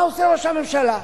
מה עושה ראש הממשלה?